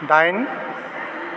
दाइन